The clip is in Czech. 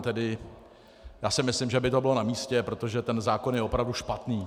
Já si myslím, že by to bylo namístě, protože ten zákon je opravdu špatný.